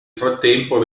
frattempo